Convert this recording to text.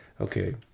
okay